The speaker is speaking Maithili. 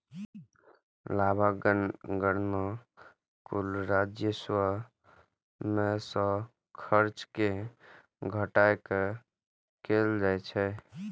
लाभक गणना कुल राजस्व मे सं खर्च कें घटा कें कैल जाइ छै